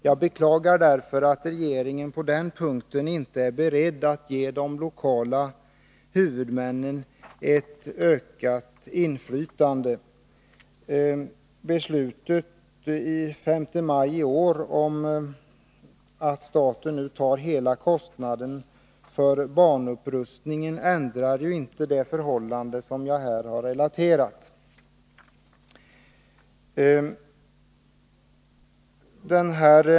Jag beklagar därför att regeringen på den punkten inte är beredd att ge de lokala huvudmännen ett ökat inflytande. Beslutet den 5 maj i år om att staten tar hela kostnaden för banupprustningen ändrar inte det förhållande jag här har relaterat.